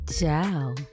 Ciao